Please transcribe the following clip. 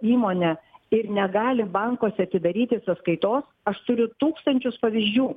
įmonę ir negali bankuose atidaryti sąskaitos aš turiu tūkstančius pavyzdžių